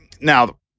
now